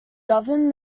governed